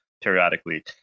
periodically